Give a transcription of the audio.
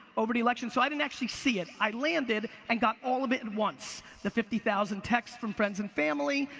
over the election, so i didn't actually see it. i landed, and got all of it at and once, the fifty thousand texts from friends and family,